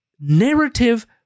narrative-